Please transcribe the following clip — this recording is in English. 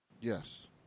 yes